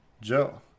Joe